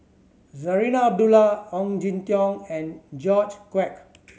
Zarinah Abdullah Ong Jin Teong and George Quek